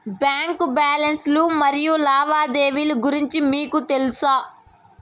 Bank balance లు మరియు లావాదేవీలు గురించి మీకు తెల్సా?